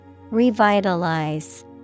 Revitalize